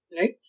Right